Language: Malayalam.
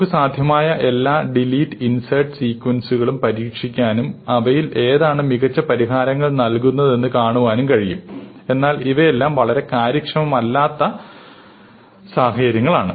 നമുക്ക് സാധ്യമായ എല്ലാ ഡിലീറ്റ് ഇൻസേർട് സീക്വൻസുകളും പരീക്ഷിക്കാനും അവയിൽ ഏതാണ് മികച്ച പരിഹാരങ്ങൾ നൽകുന്നതെന്ന് കാണാനും കഴിയും എന്നാൽ ഇവയെല്ലാം വളരെ കാര്യക്ഷമമല്ലാത്ത പരിഹാരങ്ങളാണ്